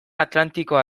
atlantikoa